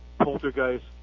poltergeist